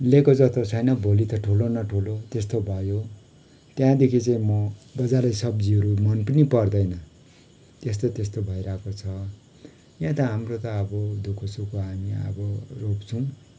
लिएको जत्रो त छैन भोलि त ठुलो न ठुलो त्यस्तो भयो त्यहाँदेखि चाहिँ म बजारे सब्जीहरू मन पनी पर्दैन त्यस्तो त्यस्तो भैइरहेको छ यहाँ त हाम्रो त अब दुःख सुख हामी आबो रोप्छुम्